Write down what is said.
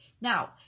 Now